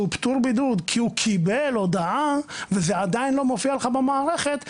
פטור בידוד כי הוא קיבל הודעה וזה עדיין לא מופיע לך במערכת,